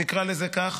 נקרא לזה כך,